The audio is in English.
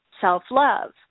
self-love